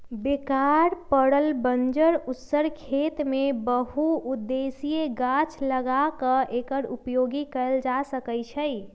बेकार पड़ल बंजर उस्सर खेत में बहु उद्देशीय गाछ लगा क एकर उपयोग कएल जा सकै छइ